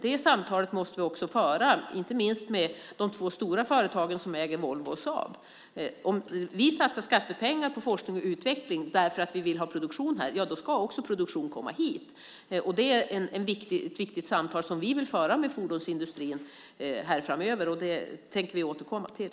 Det samtalet måste vi föra, inte minst med de två stora företag som äger Volvo och Saab. Om vi satsar skattepengar på forskning och utveckling därför att vi vill ha produktion här då ska också produktion komma hit. Det är ett viktigt samtal som vi vill föra med fordonsindustrin här framöver, och det tänker vi återkomma till.